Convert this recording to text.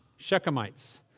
Shechemites